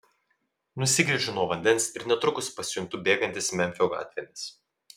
nusigręžiu nuo vandens ir netrukus pasijuntu bėgantis memfio gatvėmis